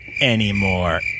anymore